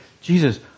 Jesus